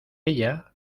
ella